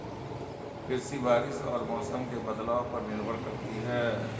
कृषि बारिश और मौसम के बदलाव पर निर्भर करती है